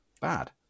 bad